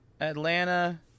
Atlanta